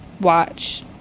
watch